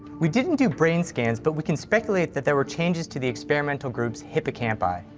we didn't do brain scans, but we can speculate that there were changes to the experimental groups hippocampus.